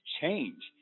change